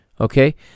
Okay